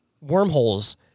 wormholes